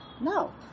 no